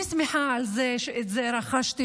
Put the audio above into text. אני שמחה על זה שאת זה רכשתי,